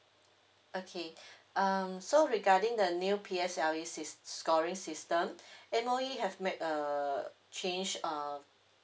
okay um so regarding the new P_S_L_E sc~ scoring system M_O_E have make err change um